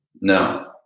No